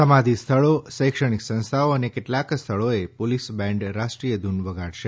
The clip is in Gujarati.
સમાધિ સ્થળો શૈક્ષણિક સંસ્થાઓ ને કેટલાક સ્થળોએ પોલીસ બેન્ડ રાષ્ટ્રીય ધુન વગાડશે